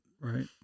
right